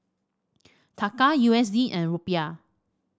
Taka U S D and Rupiah